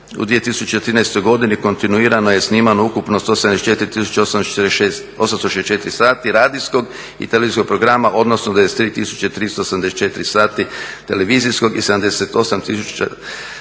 U 2013. godini kontinuirano je snimano ukupno 174 tisuće 864 sati radijskog i televizijskog programa, odnosno 93 tisuće 384 sati televizijskog i 78